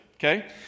Okay